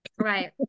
right